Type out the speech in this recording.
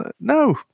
no